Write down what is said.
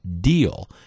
deal